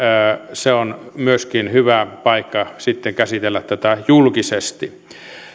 se on myöskin hyvä paikka sitten käsitellä tätä julkisesti